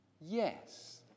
yes